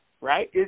right